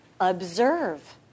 Observe